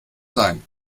sein